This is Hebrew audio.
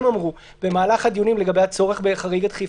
אמרו במהלך הדיונים לגבי הצורך בחריג הדחיפות.